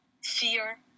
fear